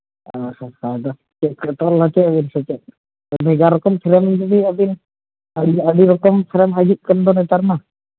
ᱥᱮ ᱪᱮᱫ ᱵᱷᱮᱜᱟᱨ ᱨᱚᱠᱚᱢ ᱯᱷᱨᱮᱢᱜᱮ ᱡᱩᱫᱤ ᱟᱵᱮᱱ ᱟᱹᱰᱤ ᱟᱹᱰᱤ ᱨᱚᱠᱚᱢ ᱯᱷᱨᱮᱢ ᱦᱤᱡᱩᱜ ᱠᱟᱱ ᱫᱚ ᱱᱮᱛᱟᱨ ᱢᱟ